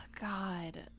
God